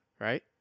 right